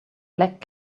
black